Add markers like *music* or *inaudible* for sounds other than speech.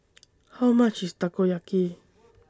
*noise* How much IS Takoyaki *noise*